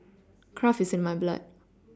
craft is in my blood